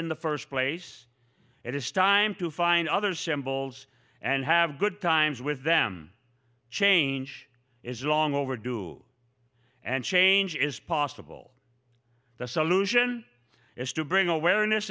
in the first place it is time to find other symbols and have good times with them change is long overdue and change is possible the solution is to bring awareness